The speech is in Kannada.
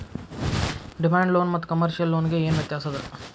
ಡಿಮಾಂಡ್ ಲೋನ ಮತ್ತ ಕಮರ್ಶಿಯಲ್ ಲೊನ್ ಗೆ ಏನ್ ವ್ಯತ್ಯಾಸದ?